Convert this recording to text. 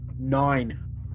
Nine